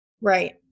Right